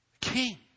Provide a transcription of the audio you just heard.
King